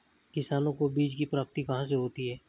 किसानों को बीज की प्राप्ति कहाँ से होती है?